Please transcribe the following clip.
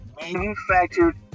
manufactured